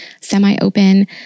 semi-open